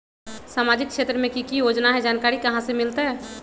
सामाजिक क्षेत्र मे कि की योजना है जानकारी कहाँ से मिलतै?